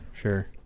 sure